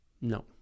No